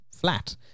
flat